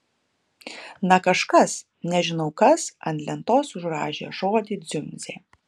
na kažkas nežinau kas ant lentos užrašė žodį dziundzė